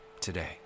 today